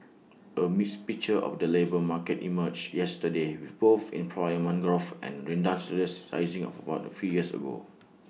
A mixed picture of the labour market emerged yesterday with both employment growth and redundancies rising of about A few years ago